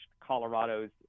Colorado's